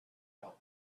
felt